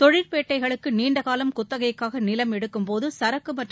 தொழிற்பேட்டைகளுக்கு நீண்டகாலம் குத்தகைக்காக நிலம் எடுக்கும்போது சரக்கு மற்றும்